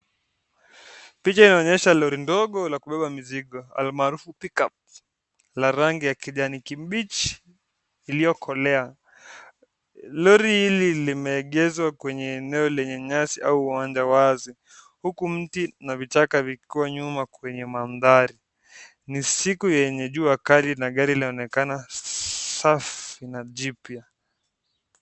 Picha inaonyesha Lori ndogo la kueka mizigo almaarufu (cs)pickup(cs) la rangi ya kijani kibichi iliyokolea. Lori hili limeegezwa kwenye eneo lenye nyasi au uwanja wazi. Huku miti na vichaka vikiwa nyuma kwenye mandhari. Ni siku yenye jua kali na gari laonekana safi na jipya.